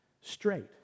straight